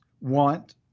want